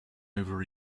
over